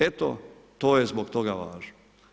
Eto to je zbog toga važno.